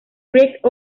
creek